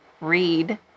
Read